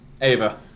Ava